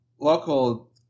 local